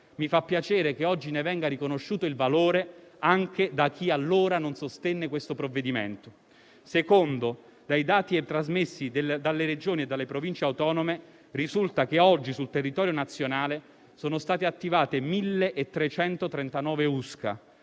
Mi fa piacere che oggi ne venga riconosciuto il valore anche da chi allora non sostenne il provvedimento. In secondo luogo, dai dati trasmessi dalle Regioni e Province autonome risulta che sul territorio nazionale sono state oggi attivate 1.339 USCA.